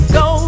go